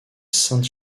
sainte